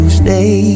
stay